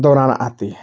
दौरान आती हैं